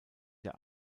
der